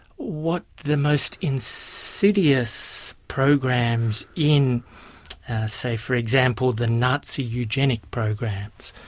what the most insidious programs in say, for example, the nazi eugenic programs,